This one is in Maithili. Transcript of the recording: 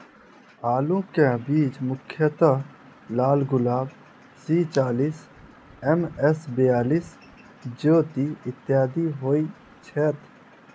आलु केँ बीज मुख्यतः लालगुलाब, सी चालीस, एम.एस बयालिस, ज्योति, इत्यादि होए छैथ?